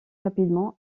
rapidement